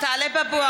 (קוראת בשמות חברי הכנסת) טלב אבו עראר,